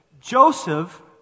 Joseph